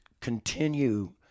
continue